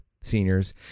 seniors